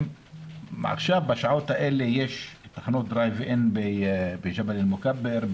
בשעות האלה יש תחנות דרייב-אין בג'אבל מוכבר,